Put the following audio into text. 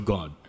God